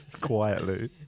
quietly